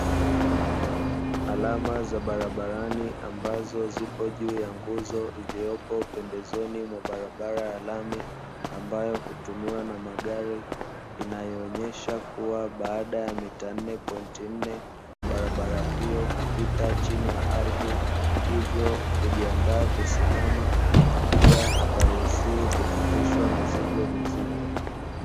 Alama za barabarani ambazo zipo juu ya nguzo iliyopo pembezoni mwa barabara ya lami, ambayo hutumiwa na magari inayoonyesha kuwa baada ya mita nne pointi nne barabara hiyo hupita chini ya ardhi, hivyo hujiandaa kusimama pia haparuhusiwi kupitishwa mizigo mizito.